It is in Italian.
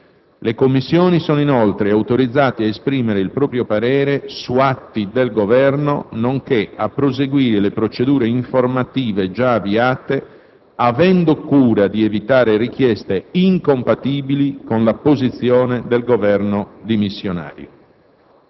Le Commissioni sono inoltre autorizzate a esprimere il proprio parere su atti del Governo nonché a proseguire le procedure informative già avviate, avendo cura di evitare richieste incompatibili con la posizione del Governo dimissionario.